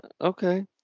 Okay